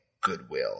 goodwill